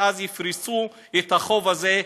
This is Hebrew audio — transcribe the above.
ואז גם יפרסו את החוב הזה,